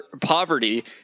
poverty –